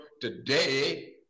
Today